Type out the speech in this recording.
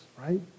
right